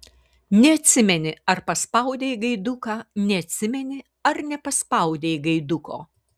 neatsimeni ar paspaudei gaiduką neatsimeni ar nepaspaudei gaiduko